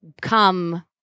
come